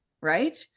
Right